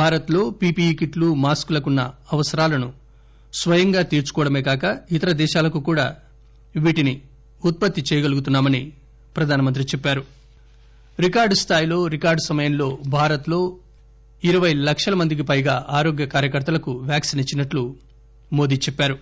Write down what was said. భారత్ లో P P E కిట్లు మాస్కులకు ఉన్న అవసరాలను స్వయంగా తీర్చుకోవడమే కాక ఇతర దేశాలకు కూడా వీటిని ఉత్పత్తి చేయగలుగుతుందని ప్రధానమంత్రి చెప్పారు రికార్గు స్థాయిలో రికార్గు సమయంలో భారత్ లో ఇరవై లక్షల మందికిపైగా ఆరోగ్యకార్యకర్తలకు వాక్పిన్ ఇచ్చినట్లు ఆయన చెప్పారు